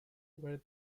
were